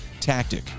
tactic